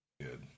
good